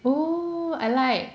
oh I like